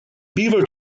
beaver